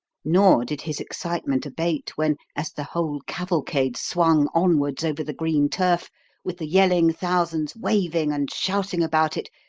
nor did his excitement abate when, as the whole cavalcade swung onwards over the green turf with the yelling thousands waving and shouting about it,